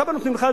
כמה נותנים לך,